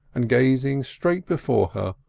and gazing straight before her,